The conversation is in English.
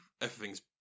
everything's